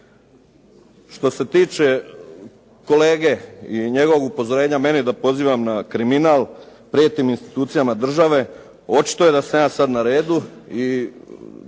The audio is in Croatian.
Što se tiče kolege i njegovog upozorenja meni da pozivam na kriminal, prijetim institucijama države, očito je da sam sad ja na redu i